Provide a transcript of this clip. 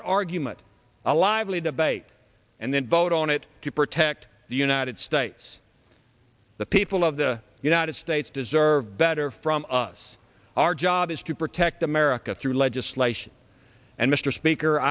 an argument a lively debate and then vote on it to protect the united states the people of the united states deserve better from us our job is to protect america through legislation and mr speaker